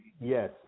yes